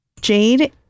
Jade